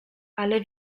ale